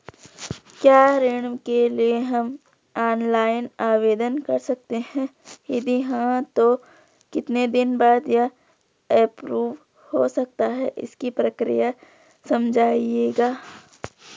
क्या ऋण के लिए हम ऑनलाइन आवेदन कर सकते हैं यदि हाँ तो कितने दिन बाद यह एप्रूव हो जाता है इसकी प्रक्रिया समझाइएगा?